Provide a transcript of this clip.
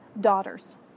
daughters